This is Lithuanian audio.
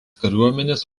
kariuomenės